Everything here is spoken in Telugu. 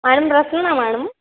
మ్యాడం ర్రస్న్నా మేడం